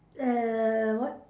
err what